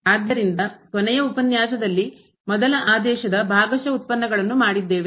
ಆದ್ದರಿಂದ ಕೊನೆಯ ಉಪನ್ಯಾಸದಲ್ಲಿ ಮೊದಲ ಆದೇಶದ ಭಾಗಶಃ ಉತ್ಪನ್ನಗಳನ್ನು ಮಾಡಿದ್ದೇವೆ